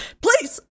Please